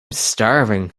starving